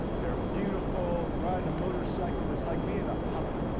they're beautiful. riding a motorcycle is like being a puppy,